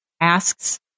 asks